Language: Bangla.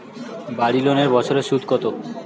বাড়ি লোনের বছরে সুদ কত?